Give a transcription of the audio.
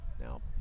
now